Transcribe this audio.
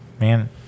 man